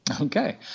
Okay